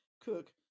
Cook